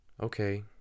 Okay